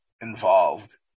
involved